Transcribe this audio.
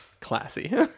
Classy